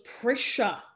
pressure